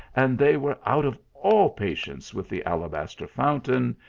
and they were out of all patience with the alabaster fountain,